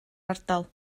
ardal